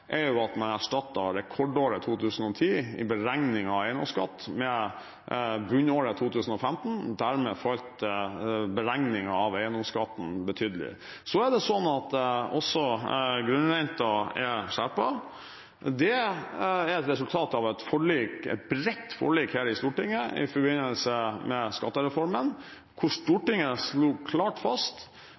at en har erstattet rekordåret 2010 i beregningen av eiendomsskatt med bunnåret 2015. Dermed falt beregningen av eiendomsskatten betydelig. Så er det slik at også grunnrenten er skjerpet. Det er et resultat av et forlik – et bredt forlik her i Stortinget – i forbindelse med skattereformen, hvor Stortinget slo klart fast